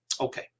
Okay